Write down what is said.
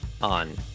on